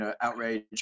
outrage